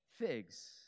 figs